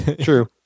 true